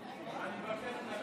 אני מבקש להקשיב לשרה.